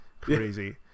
crazy